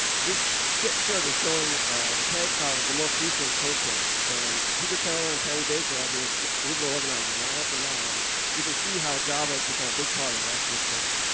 this shirt shirt is showing the tag cloud of the most recent code camp, and peter kellner and tammy baker are the original organizers, and i help them now. and you can see how java has become a big part of last year's camp.